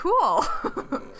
cool